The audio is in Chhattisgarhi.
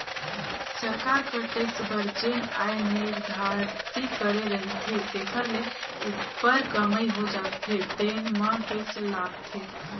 सरकार कर टेक्स बर जेन आय निरधारति करे रहिथे तेखर ले उप्पर कमई हो जाथे तेन म टेक्स लागथे